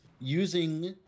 using